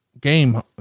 game